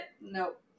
Nope